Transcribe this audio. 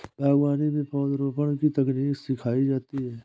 बागवानी में पौधरोपण की तकनीक सिखाई जाती है